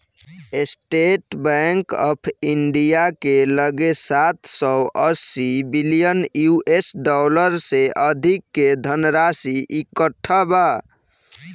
estate bank of India के लगे सात सौ अस्सी बिलियन यू.एस डॉलर से अधिक के धनराशि इकट्ठा बा